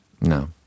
No